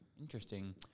Interesting